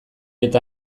eta